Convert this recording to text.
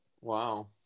Wow